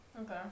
Okay